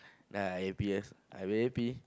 then I happiest I very happy